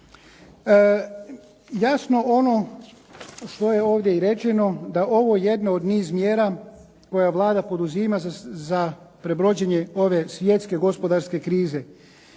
Jasno ono što je ovdje i rečeno, da je ovo jedna od niz mjera koje Vlada poduzima za prebrođenje ove svjetske gospodarske krize.